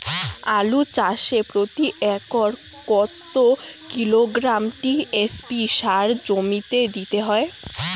আলু চাষে প্রতি একরে কত কিলোগ্রাম টি.এস.পি সার জমিতে দিতে হয়?